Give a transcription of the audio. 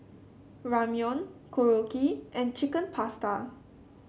Ramyeon Korokke and Chicken Pasta